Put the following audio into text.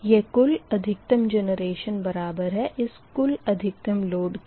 यह कुल अधिकतम जेनरेशन बराबर है इस कुल अधिकतम लोड के